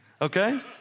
Okay